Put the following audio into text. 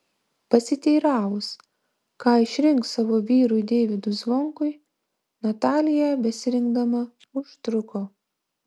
pasiteiravus ką išrinks savo vyrui deivydui zvonkui natalija besirinkdama užtruko